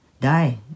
die